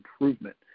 improvement